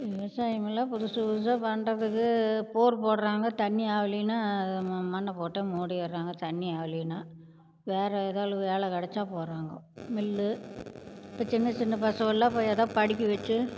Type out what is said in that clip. விவசாயமெல்லாம் புதுசு புதுசாக பண்ணுறதுக்கு போர் போடுறாங்க தண்ணி ஆகலின்னா ம மண்ணை போட்டு மூடிடுறாங்க தண்ணி ஆகலின்னா வேறு ஏதாவது வேலை கிடைச்சா போகிறாங்கோ மில்லு இப்போ சின்ன சின்ன பசவெல்லாம் போய் எதாவது படிக்க வச்சு